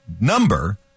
number